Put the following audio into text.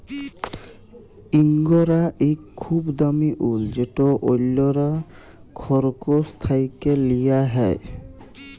ইঙ্গরা ইক খুব দামি উল যেট অল্যরা খরগোশ থ্যাকে লিয়া হ্যয়